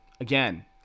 again